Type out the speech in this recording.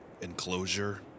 enclosure